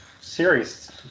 serious